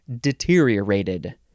deteriorated